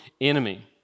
enemy